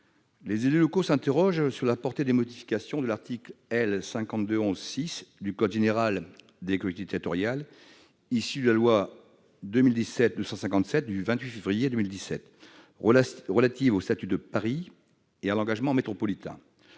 les élus locaux s'interrogent sur la portée des modifications de l'article L. 5211-6 du code général des collectivités territoriales (CGCT), issues de la loi n° 2017-257 du 28 février 2017 relative au statut de Paris et à l'aménagement métropolitain.